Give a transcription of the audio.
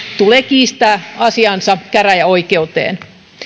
kiistää asiansa käräjäoikeuteen